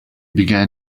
began